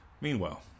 Meanwhile